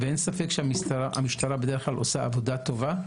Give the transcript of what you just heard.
אין ספק שהמשטרה בדרך כלל עושה עבודה טובה,